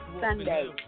Sunday